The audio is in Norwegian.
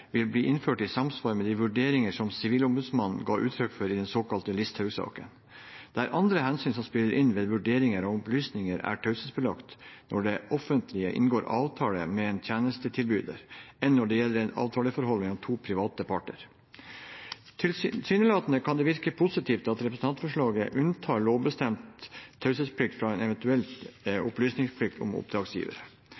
vil bli innført i samsvar med de vurderinger som Sivilombudsmannen ga uttrykk for i den såkalte Listhaug-saken. Det er andre hensyn som spiller inn ved vurderingen av om opplysninger er taushetsbelagt når det offentlige inngår avtale med en tjenestetilbyder, enn når det gjelder et avtaleforhold mellom to private parter. Tilsynelatende kan det virke positivt at representantforslaget unntar lovbestemt taushetsplikt fra en eventuell opplysningsplikt om